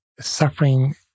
suffering